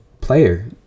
player